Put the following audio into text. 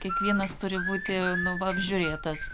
kiekvienas turi būti nu va apžiūrėtas